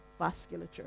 vasculature